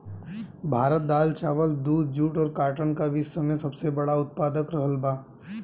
भारत दाल चावल दूध जूट और काटन का विश्व में सबसे बड़ा उतपादक रहल बा